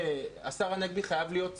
השר הנגבי חייב להיות שר,